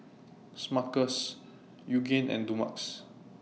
Smuckers Yoogane and Dumex